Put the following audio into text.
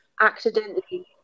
accidentally